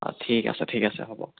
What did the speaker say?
অঁ ঠিক আছে ঠিক আছে হ'ব